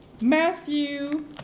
Matthew